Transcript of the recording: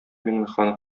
миңнеханов